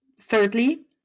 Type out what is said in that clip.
thirdly